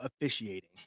officiating